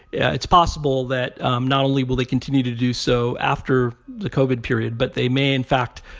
it's possible that um not only will they continue to do so after the covid period, but they may, in fact,